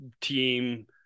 team